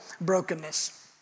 brokenness